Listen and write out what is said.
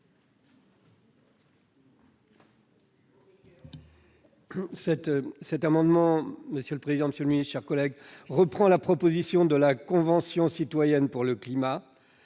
Cet amendement reprend la proposition de la Convention citoyenne pour le climat